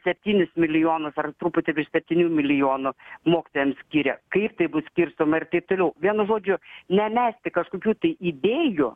septynis milijonus per truputį virš septynių milijonų mokytojams skiria kaip tai bus skirstoma ir taip toliau vienu žodžiu ne mesti kažkokių tai idėjų